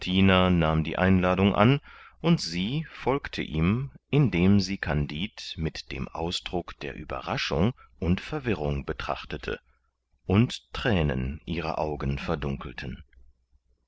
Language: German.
nahm die einladung an und sie folgte ihm indem sie kandid mit dem ausdruck der ueberraschung und verwirrung betrachtete und thränen ihre augen verdunkelten